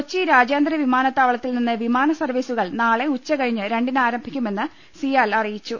കൊച്ചി രാജ്യാന്തര വിമാനത്താവളത്തിൽ നിന്ന് വിമാന സർവീസുകൾ നാളെ ഉച്ചകഴിഞ്ഞ് രണ്ടിന് ആരം ഭിക്കുമെന്ന് സിയാൽ അറിയിച്ചു